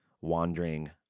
wandering